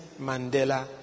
Mandela